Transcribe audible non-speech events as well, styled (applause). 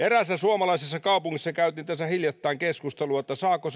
(unintelligible) eräässä suomalaisessa kaupungissa käytiin tässä hiljattain keskustelua saavatko (unintelligible)